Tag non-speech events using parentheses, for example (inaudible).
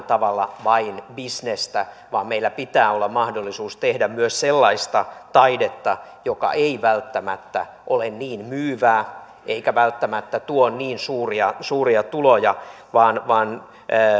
(unintelligible) tavalla vain bisnestä vaan meillä pitää olla mahdollisuus tehdä myös sellaista taidetta joka ei välttämättä ole niin myyvää eikä välttämättä tuo niin suuria suuria tuloja vaan vaan